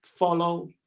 follow